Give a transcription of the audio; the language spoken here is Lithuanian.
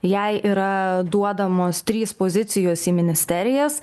jai yra duodamos trys pozicijos į ministerijas